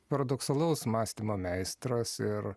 paradoksalaus mąstymo meistras ir